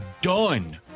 done